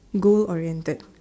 goal oriented